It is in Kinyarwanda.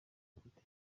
dufite